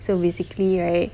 so basically right